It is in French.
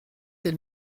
elle